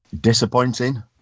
Disappointing